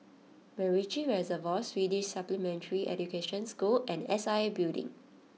MacRitchie Reservoir Swedish Supplementary Education School and S I A Building